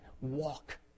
walk